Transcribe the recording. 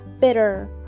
bitter